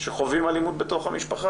שחווים אלימות במשפחה,